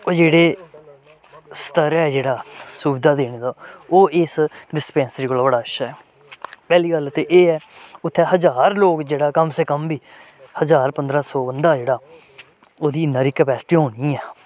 ओह् जेह्ड़े स्तर ऐ जेह्ड़ा सुबधा देने दा ओह् इस डिस्पैंसरी कोला बड़ा अच्छा ऐ पैह्ली गल्ल ते एह् ऐ उत्थै हजार लोग जेह्ड़ा कम से कम बी हजार पंदरां सौ बंदा जेह्ड़ा ओह्दी इन्नी हारी कैपेसिटी होनी ऐ